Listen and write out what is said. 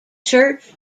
church